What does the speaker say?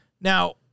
Now